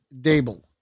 Dable